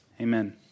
Amen